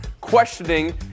questioning